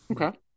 okay